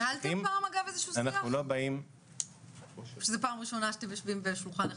ניהלתם פעם איזשהו שיח או שזו פעם ראשונה שאתם יושבים לשולחן אחד?